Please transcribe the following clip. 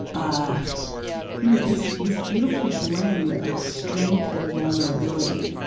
ah you know, this, this beautiful blend of strength and vulnerability.